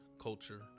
culture